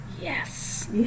yes